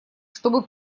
чтобы